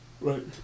Right